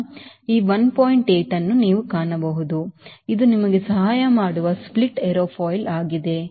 8 ಅನ್ನು ನೀವು ಕಾಣಬಹುದು ಇದು ನಿಮಗೆ ಸಹಾಯ ಮಾಡುವ ಸ್ಪ್ಲಿಟ್ ಏರೋಫಾಯಿಲ್ ಆಗಿದೆ